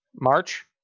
March